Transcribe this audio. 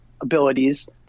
abilities